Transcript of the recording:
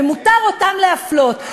ואותם מותר להפלות.